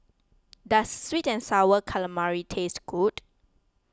does Sweet and Sour Calamari taste good